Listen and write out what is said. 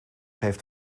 heeft